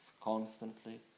constantly